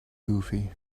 goofy